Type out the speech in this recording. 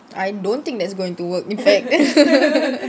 I don't think that's going to work in fact